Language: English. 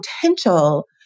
potential